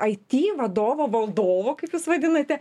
aiti vadovo valdovo kaip jūs vadinate